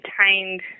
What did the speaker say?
detained